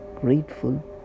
grateful